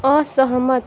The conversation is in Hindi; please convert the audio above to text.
असहमत